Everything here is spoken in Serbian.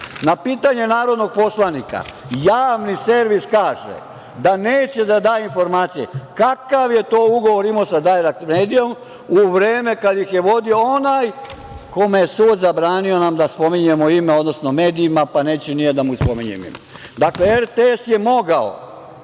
pitanje narodnog poslanika, Javni servis kaže da neće da da informacije kakav je to ugovor imao sa „Dajrekt medijom“ u vreme kada ih je vodio onaj kome je, sud je zabranio nama da spominjemo ime, odnosno medijima pa neću ni ja da mu spominjem ime. Dakle, RTS je mogao